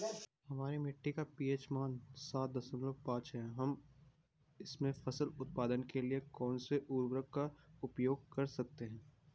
हमारी मिट्टी का पी.एच मान सात दशमलव पांच है हम इसमें फसल उत्पादन के लिए कौन से उर्वरक का प्रयोग कर सकते हैं?